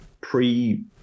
pre